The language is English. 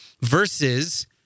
versus